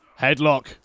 headlock